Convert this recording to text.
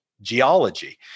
geology